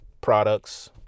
products